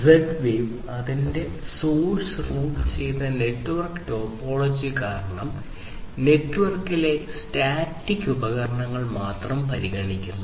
Z wave അതിന്റെ source route ചെയ്ത network topology കാരണം നെറ്റ്വർക്കിലെ സ്റ്റാറ്റിക് ഉപകരണങ്ങൾ മാത്രം പരിഗണിക്കുന്നു